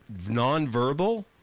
nonverbal